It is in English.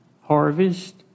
harvest